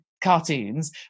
Cartoons